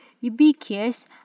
ubiquitous